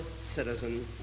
citizen